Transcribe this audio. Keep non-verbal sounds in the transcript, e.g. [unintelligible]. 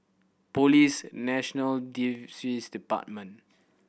Police National [unintelligible] Department